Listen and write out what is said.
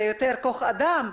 זה יותר כוח אדם,